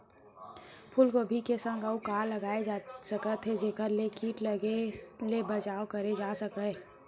फूलगोभी के संग अऊ का लगाए जाथे सकत हे जेखर ले किट लगे ले बचाव करे जाथे सकय?